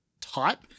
type